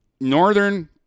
Northern